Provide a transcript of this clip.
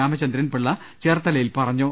രാമചന്ദ്രൻ പിള്ള ചേർത്തലയിൽ പറഞ്ഞു